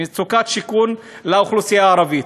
מצוקת שיכון לאוכלוסייה הערבית,